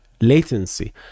latency